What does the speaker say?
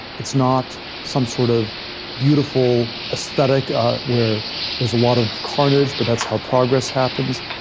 it's not some sort of beautiful esthetic where there's a lot of carnage, but that's how progress happens.